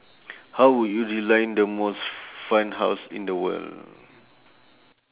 how would you design the most fun house in the world